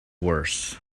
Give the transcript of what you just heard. worse